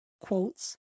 quotes